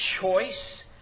choice